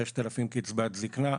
6,000 קצבת זקנה,